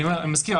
אני מזכיר,